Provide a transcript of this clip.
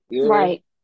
Right